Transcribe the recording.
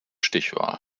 stichwahl